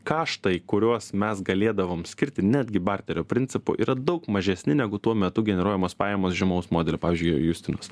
kaštai kuriuos mes galėdavom skirti netgi barterio principu yra daug mažesni negu tuo metu generuojamos pajamos žymaus modelio pavyzdžiui justinos